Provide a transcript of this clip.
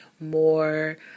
more